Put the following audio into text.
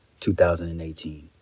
2018